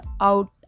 out